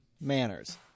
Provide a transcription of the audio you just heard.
manners